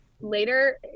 later